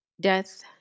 death